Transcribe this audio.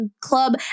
club